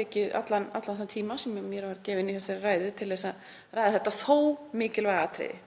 tekið allan þann tíma sem mér var gefinn í þessari ræðu til að ræða þetta þó mikilvæga atriði.